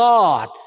God